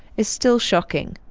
is still shocking.